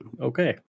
Okay